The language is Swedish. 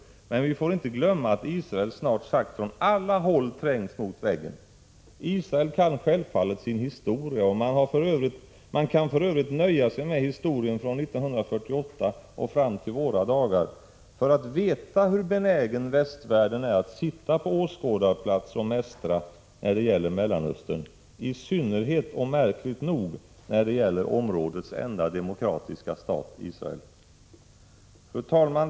Men vi får inte glömma att Israel snart sagt från alla håll trängs mot väggen. Israel kan självfallet sin historia, och man kan för övrigt nöja sig med historien från 1948 fram till våra dagar för att få klart för sig hur benägen västvärlden är att sitta på åskådarplats och mästra när det gäller Mellanöstern, i synnerhet och märkligt nog när det gäller områdets enda demokratiska stat, Israel. Fru talman!